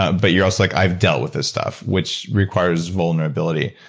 ah but you're also like i've dealt with this stuff, which requires vulnerability.